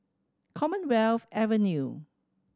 Commonwealth Avenue